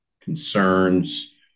concerns